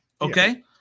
Okay